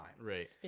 Right